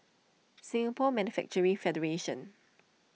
Singapore Manufacturing Federation